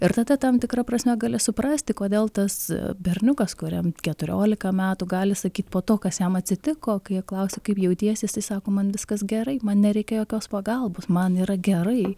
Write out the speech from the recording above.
ir tada tam tikra prasme gali suprasti kodėl tas berniukas kuriam keturiolika metų gali sakyt po to kas jam atsitiko kai jo klausia kaip jautiesi jisai sako man viskas gerai man nereikia jokios pagalbos man yra gerai